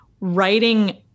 writing